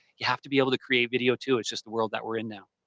you have to be able to create video too. that's just the world that we're in now.